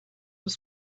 were